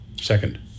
Second